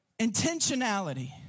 Intentionality